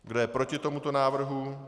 Kdo je proti tomuto návrhu?